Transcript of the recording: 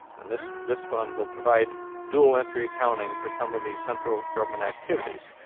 and this this fund will provide dual entry accounting for some of the central government activities.